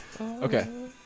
Okay